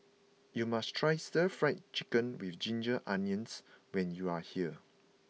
you must try Stir Fried Chicken with Ginger Onions when you are here